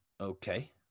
Okay